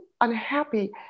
unhappy